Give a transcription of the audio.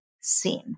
seen